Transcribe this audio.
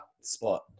spot